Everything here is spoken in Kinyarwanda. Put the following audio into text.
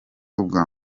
ubwa